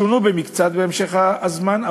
שונו במקצת בהמשך הזמן,